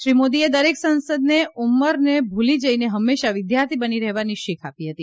શ્રી મોદીએ દરેક સાંસદને ઉંમરને ભૂલી જઇને હંમેશા વિદ્યાર્થી બની રહેવાની શીખ આપી હતી